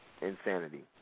insanity